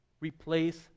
replace